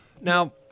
Now